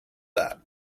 that